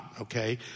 okay